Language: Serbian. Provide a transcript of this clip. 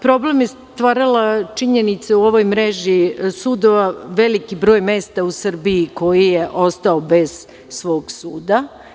Problem je stvarala činjenica u ovoj mreži sudova, veliki je broj mesta u Srbiji koji je ostao bez svog suda.